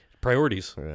Priorities